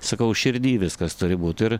sakau širdy viskas turi būti ir